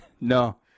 No